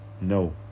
No